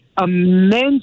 immense